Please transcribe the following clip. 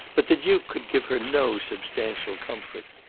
but the duke could give her no substantial comfort.